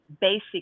basic